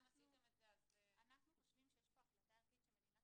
אתם עשיתם את זה אז --- אנחנו חושבים שיש פה החלטה ערכית שמדינת